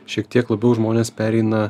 šiek tiek labiau žmonės pereina